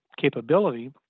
capability